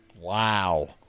Wow